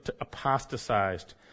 apostatized